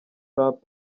trump